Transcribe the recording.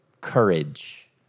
courage